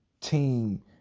team